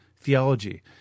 theology